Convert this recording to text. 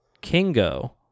Kingo